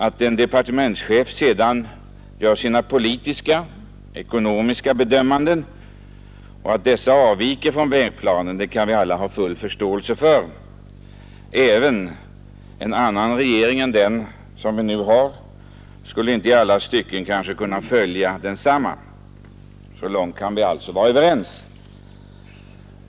Att en departementschef sedan gör sina politiskt-ekonomiska bedömanden och att dessa avviker från vägplanen kan vi alla ha full förståelse för. Även en annan regering än den vi nu har skulle inte i alla stycken kanske kunna följa vägplanen. Så långt kan vi alltså vara överens.